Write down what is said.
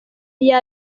iyo